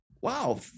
wow